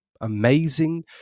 amazing